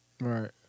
Right